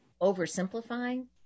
oversimplifying